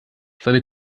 seine